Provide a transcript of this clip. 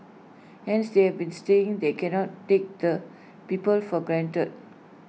hence they have been saying they cannot take the people for granted